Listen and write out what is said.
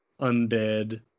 undead